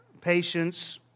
patience